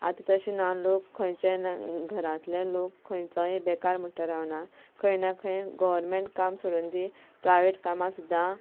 आतां तशें ना लोक खंयचें ना घरांतले लोक खंयचोय बेकार म्हूण तो रावना खंय ना खंय गॉरमँट काम सोडून दी प्रायवेट कामांक सुद्दां